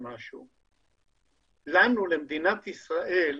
לנו, למדינת ישראל,